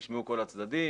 נשמעו כל הצדדים,